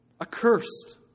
accursed